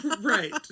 right